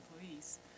employees